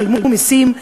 שילמו מסים,